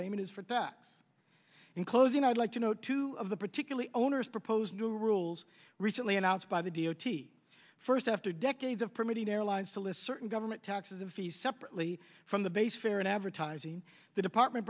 payment is for that in closing i'd like to know two of the particularly onerous proposed new rules recently announced by the d o t first after decades of permitting airlines to list certain government taxes and fees separately from the base fare in advertising the department